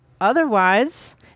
Otherwise